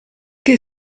che